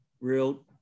real